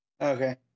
Okay